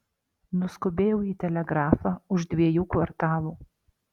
nuskubėjau į telegrafą už dviejų kvartalų